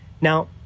Now